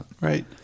Right